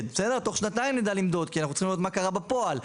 כי אנחנו צריכים לדעת מה קרה בפועל,